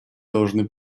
должны